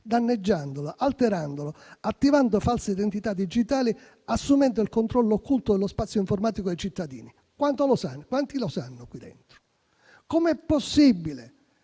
danneggiandolo, alterandolo, attivando false identità digitali, assumendo il controllo occulto dello spazio informatico dei cittadini? Quanti lo sanno qui dentro? Com'è possibile